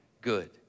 good